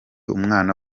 umwana